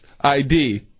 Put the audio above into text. ID